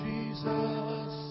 Jesus